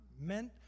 meant